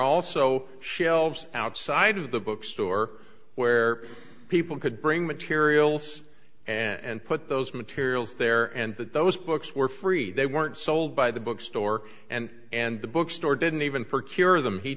also shelves outside of the bookstore where people could bring materials and put those materials there and that those books were free they weren't sold by the bookstore and and the bookstore didn't even for cure them he